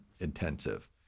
intensive